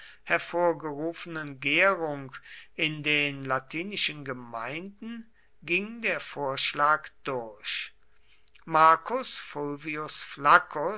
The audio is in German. hervorgerufenen gärung in den latinischen gemeinden ging der vorschlag durch marcus